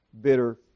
bitter